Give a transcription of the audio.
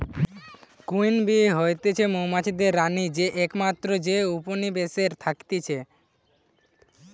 queen bee হতিছে মৌমাছিদের রানী যে একমাত্র যে উপনিবেশে থাকতিছে